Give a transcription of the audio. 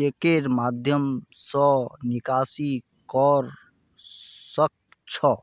चेकेर माध्यम स निकासी कर सख छ